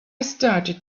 started